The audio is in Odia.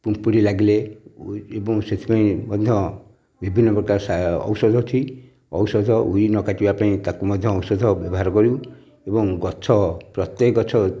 ପିମ୍ପୁଡ଼ି ଲାଗିଲେ ଏବଂ ସେଥିପାଇଁ ମଧ୍ୟ ବିଭିନ୍ନ ପ୍ରକାର ଔଷଧ ଅଛି ଔଷଧ ଉଈ ନ କାଟିବା ପାଇଁ ତାକୁ ମଧ୍ୟ ଔଷଧ ବ୍ୟବହାର କରୁ ଏବଂ ଗଛ ପ୍ରତ୍ୟେକ ଗଛ